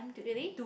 really